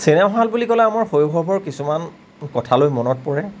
cinema hall বুলি ক'লে আমাৰ শৈশৱৰ কিছুমান কথালৈ মনত পৰে